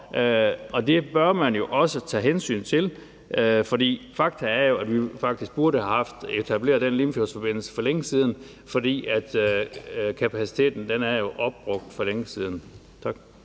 år. Det bør man også tage hensyn til, for faktum er, at vi faktisk burde have haft etableret den Limfjordsforbindelse for længe siden, fordi kapaciteten jo er opbrugt for længe siden. Tak.